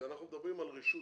ואנחנו מדברים על רשות,